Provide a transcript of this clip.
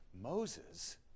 Moses